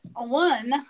one